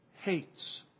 hates